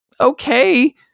okay